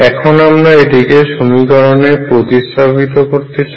এখন আমরা এটিকে সমীকরণে প্রতিস্থাপিত করতে চাই